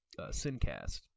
Sincast